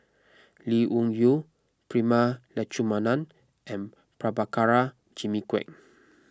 Lee Wung Yew Prema Letchumanan and Prabhakara Jimmy Quek